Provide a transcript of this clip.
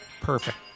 Perfect